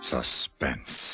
Suspense